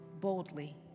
boldly